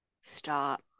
Stop